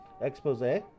expose